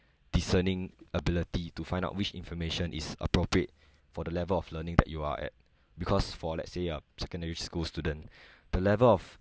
discerning ability to find out which information is appropriate for the level of learning that you are at because for let's say a secondary school student the level of